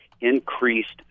increased